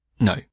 no